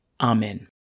Amen